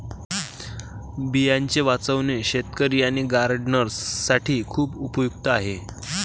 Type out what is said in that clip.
बियांचे वाचवणे शेतकरी आणि गार्डनर्स साठी खूप उपयुक्त आहे